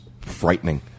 frightening